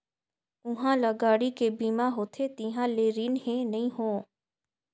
उहां ल गाड़ी के बीमा होथे तिहां ले रिन हें नई हों